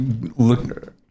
look